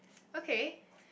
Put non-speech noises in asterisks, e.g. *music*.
okay *breath*